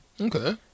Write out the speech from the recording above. Okay